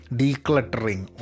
decluttering